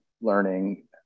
learning